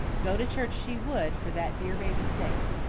go to church she would, for that dear baby's sake.